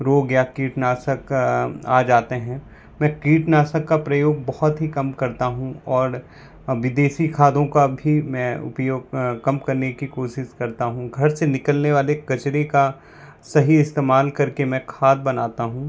रोग या कीटनाशक आ जाते हैं मैं कीटनाशक का प्रयोग बहुत ही कम करता हूँ और विदेशी खादों का भी मैं उपयोग कम करने की कोशिश करता हूँ घर से निकलने वाले कचरे का सही इस्तेमाल करके मैं खाद बनाता हूँ